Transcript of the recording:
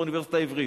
באוניברסיטה העברית,